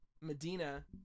Medina